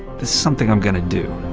this is something i'm going to do